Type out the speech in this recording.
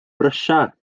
brysia